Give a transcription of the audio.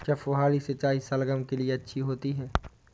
क्या फुहारी सिंचाई शलगम के लिए अच्छी होती है?